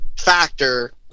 factor